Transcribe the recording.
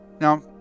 now